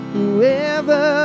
Whoever